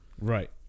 Right